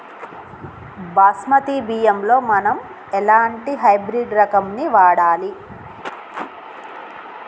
బాస్మతి బియ్యంలో మనం ఎలాంటి హైబ్రిడ్ రకం ని వాడాలి?